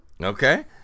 Okay